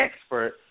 expert